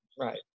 right